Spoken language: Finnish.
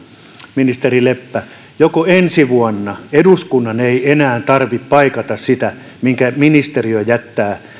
ministeri leppä joko ensi vuonna eduskunnan ei enää tarvitse paikata sitä minkä ministeriö jättää